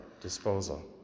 disposal